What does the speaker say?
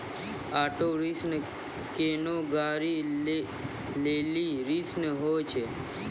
auto ऋण कोनो गाड़ी लै लेली ऋण होय छै